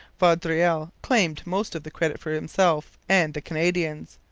vaudreuil claimed most of the credit for himself and the canadians.